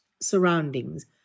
surroundings